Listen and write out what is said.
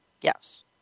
Yes